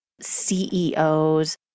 CEOs